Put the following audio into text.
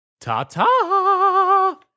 Ta-ta